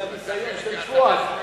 זה הניסיון של פואד.